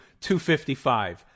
255